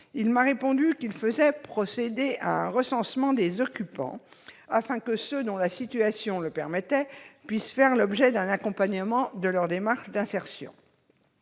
m'a répondu qu'il faisait procéder à « un recensement des occupants », afin que ceux dont la situation le permettait puissent être accompagnés dans leurs démarches d'insertion.